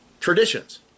traditions